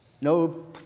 no